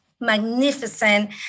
Magnificent